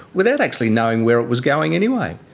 without actually knowing where it was going anyway.